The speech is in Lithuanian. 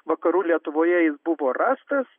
vakarų lietuvoje jis buvo rastas